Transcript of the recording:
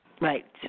Right